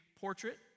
portrait